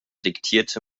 diktierte